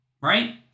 right